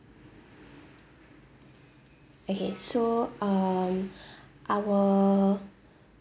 okay so um our